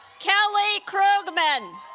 kelly krugman